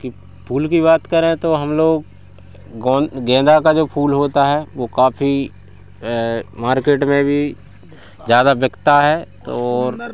कि फूल कि बात करें तो हम लोग गेंदा का जो फूल होता है वो काफ़ी मार्केट में भी ज़्यादा बिकता है तोर